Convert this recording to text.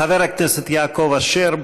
חבר הכנסת יעקב אשר,